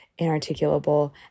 inarticulable